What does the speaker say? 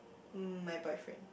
my boyfriend